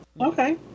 Okay